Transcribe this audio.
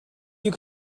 you